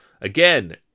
Again